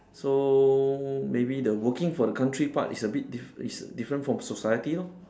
so maybe the working for the country part is a bit diff~ is different from the society lor